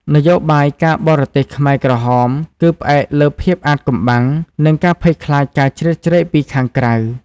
នយោបាយការបរទេសខ្មែរក្រហមគឺផ្អែកលើភាពអាថ៌កំបាំង និងការភ័យខ្លាចការជ្រៀតជ្រែកពីខាងក្រៅ។